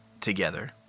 together